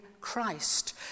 Christ